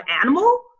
animal